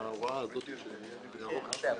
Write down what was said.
הישיבה